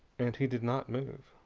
and he did not move.